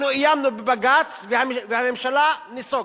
אנחנו איימנו בבג"ץ והממשלה נסוגה.